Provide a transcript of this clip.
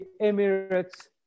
Emirates